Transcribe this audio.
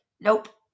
Nope